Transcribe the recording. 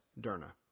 Derna